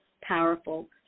powerful